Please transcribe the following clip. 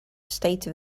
state